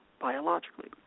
biologically